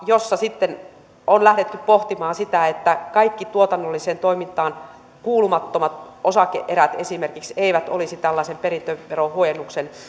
jossa sitten on lähdetty pohtimaan sitä että kaikki tuotannolliseen toimintaan kuulumattomat osake erät esimerkiksi eivät olisi tällaisen perintöverohuojennuksen